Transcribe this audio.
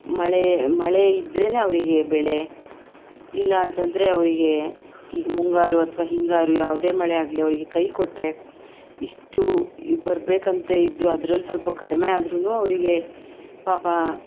ಮಳೆ ಮಳೆ ಇದ್ದರೇ ಅವರಿಗೆ ಬೆಳೆ ಇಲ್ಲ ಅಂತಂದರೆ ಅವರಿಗೆ ಈಗ ಮುಂಗಾರು ಅಥವಾ ಹಿಂಗಾರು ಯಾವುದೇ ಮಳೆ ಆಗಲಿ ಅವರಿಗೆ ಕೈ ಕೊಟ್ಟರೆ ಇಷ್ಟು ಬರಬೇಕಂತ ಇದ್ದು ಅದರಲ್ಲಿ ಸ್ವಲ್ಪ ಕಡಿಮೆಯಾದ್ರೂ ಅವರಿಗೆ ಪಾಪ